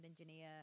engineer